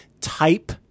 type